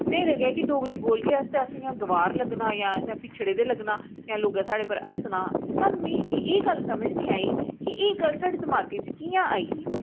उ'नें गी लग्गेआ कि अगर अस डोगरी बोलगे ते असें इ'यां गवार लग्गना जां असें पिछड़े दे लग्गना जां लोकें साढ़े पर हस्सना मिगी एह् गल्ल समझ नीं आई कि एह् गल्ल साढ़े दिमागे च कि'यां आई